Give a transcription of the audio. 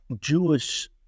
Jewish